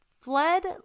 fled